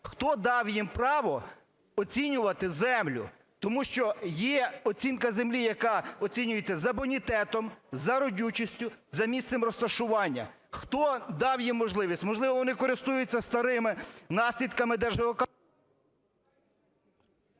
Хто дав їм право оцінювати землю? Тому що є оцінка землі, яка оцінюється за бонітетом, за родючістю, за місцем розташування. Хто дав їм можливість? Можливо, вони користуються старими наслідками… 14:15:56